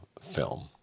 film